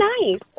nice